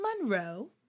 Monroe